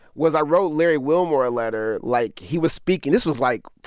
was i wrote larry wilmore a letter. like, he was speaking this was, like,